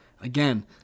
again